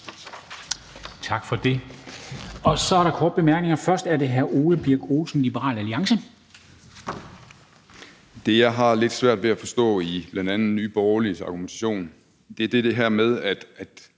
Tak for det. Så er der korte bemærkninger. Først er det fra hr. Ole Birk Olesen, Liberal Alliance. Kl. 13:20 Ole Birk Olesen (LA): Det, jeg har lidt svært ved at forstå i bl.a. Nye Borgerliges argumentation, er det her med, at